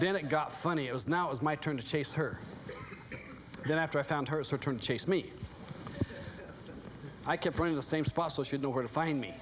then it got funny it was now it was my turn to chase her then after i found her turn to chase me i could bring the same spot so she'd know where to find me